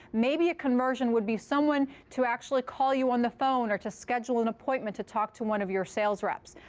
maybe a conversion would be someone to actually call you on the phone or to schedule an appointment to talk to one of your sales reps.